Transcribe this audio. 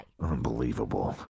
Unbelievable